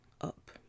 up